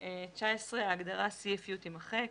ההגדרה CFU תימחק.